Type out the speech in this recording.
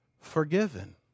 forgiven